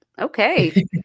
Okay